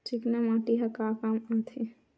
चिकना माटी ह का काम आथे?